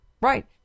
Right